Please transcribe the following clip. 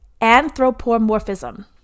anthropomorphism